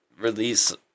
release